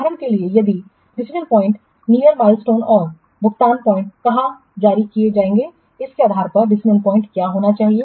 उदाहरण के लिए यदि डिसीजन प्वाइंट नियर माइलस्टोन और भुगतान पॉइंट कहां जारी किए जाएंगे इसके आधार पर डिसीजन प्वाइंट क्या होना चाहिए